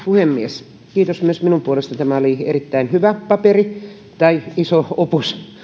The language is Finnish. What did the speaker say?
puhemies kiitos myös minun puolestani tämä oli erittäin hyvä paperi tai iso opus